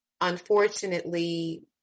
unfortunately